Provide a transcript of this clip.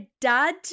dad